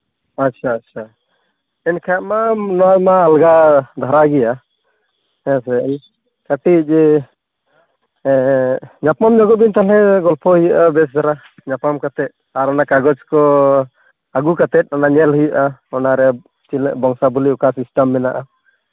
ᱟᱪᱪᱷᱟ ᱟᱪᱪᱷᱟ ᱮᱱᱠᱷᱟᱡ ᱢᱟ ᱱᱚᱣᱟ ᱢᱟ ᱟᱞᱜᱟ ᱫᱷᱟᱨᱟ ᱜᱮᱭᱟ ᱦᱮᱸᱥᱮ ᱠᱟᱹᱴᱤᱡ ᱧᱟᱯᱟᱢ ᱧᱚᱜᱚᱜ ᱵᱤᱱ ᱛᱟᱦᱚᱞᱮ ᱜᱚᱞᱯᱚᱭ ᱦᱩᱭᱩᱜᱼᱟ ᱵᱮᱥ ᱫᱷᱟᱨᱟ ᱧᱟᱯᱟᱢ ᱠᱟᱛᱮ ᱟᱨ ᱚᱱᱟ ᱠᱟᱜᱚᱡᱽ ᱠᱚ ᱟᱹᱜᱩ ᱠᱟᱛᱮ ᱚᱱᱟ ᱧᱮᱞ ᱦᱩᱭᱩᱜᱼᱟ ᱚᱱᱟ ᱨᱮ ᱛᱤᱱᱟᱹᱜ ᱵᱚᱝᱥᱟᱵᱚᱞᱤ ᱚᱠᱟ ᱥᱤᱥᱴᱮᱢ ᱢᱮᱱᱟᱜᱼᱟ